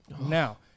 Now